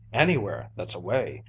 anywhere that's away.